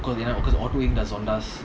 பார்த்தீங்கன்னா:parthengana